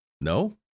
No